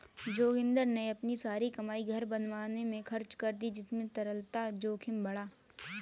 जोगिंदर ने अपनी सारी कमाई घर बनाने में खर्च कर दी जिससे तरलता जोखिम बढ़ा